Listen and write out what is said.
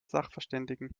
sachverständigen